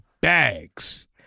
bags